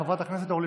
חברת הכנסת אורלי